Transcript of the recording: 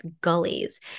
gullies